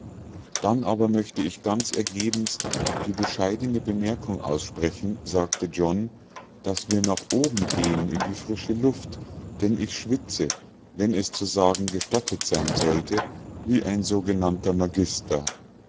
dann aber möchte ich ganz ergebenst die bescheidene bemerkung aussprechen sagte john daß wir nach oben gehen in die frische luft denn ich schwitze wenn es zu sagen gestattet sein sollte wie ein sogenannter magister